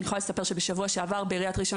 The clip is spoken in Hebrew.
אני יכולה לספר שבשבוע שעבר עשינו בראשון